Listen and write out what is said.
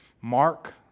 Mark